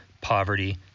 poverty